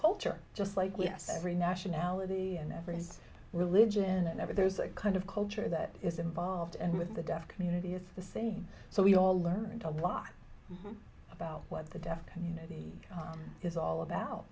culture just like us every nationality and every his religion and every there's a kind of culture that is involved and with the deaf community it's the same so we've all learned a lot about what the deaf community is all about